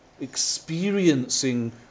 experiencing